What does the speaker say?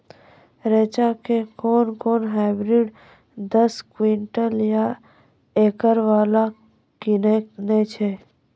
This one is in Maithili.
रेचा के कोनो हाइब्रिड दस क्विंटल या एकरऽ वाला कहिने नैय छै?